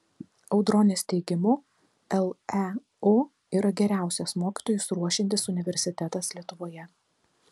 audronės teigimu leu yra geriausias mokytojus ruošiantis universitetas lietuvoje